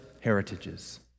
heritages